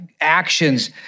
actions